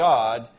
God